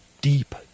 deep